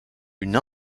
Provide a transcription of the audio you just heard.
une